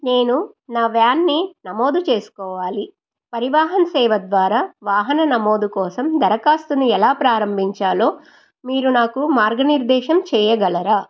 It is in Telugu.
నేను నా వ్యాన్ని నమోదు చేసుకోవాలి పరివాహన్ సేవ ద్వారా వాహన నమోదు కోసం దరఖాస్తుని ఎలా ప్రారంభించాలో మీరు నాకు మార్గనిర్దేశం చేయగలరా